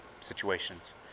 situations